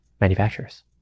manufacturers